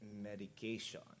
Medication